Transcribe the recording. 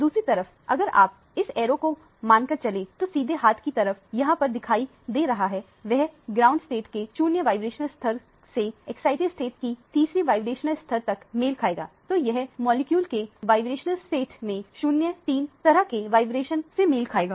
दूसरी तरफ अगर आप इस एरो को मानकर चलें जो सीधे हाथ की तरफ यहां पर दिखाई दे रहा है वह ग्राउंड स्टेट के 0 वाइब्रेशनल स्तर से एक्साइटिड स्टेट की तीसरे वाइब्रेशनल स्तर तक मेल खाएगा तो यह मॉलिक्यूल के वाइब्रॉनिक्स स्टेट मैं 03 तरह के वाइब्रेशन से मेल खाएगा